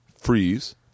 freeze